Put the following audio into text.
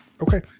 Okay